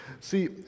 See